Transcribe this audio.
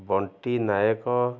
Bunty Nayak